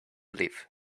live